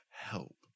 help